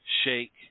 shake